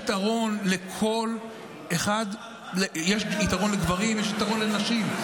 יש יתרון לגברים, יש יתרון לנשים.